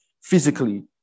physically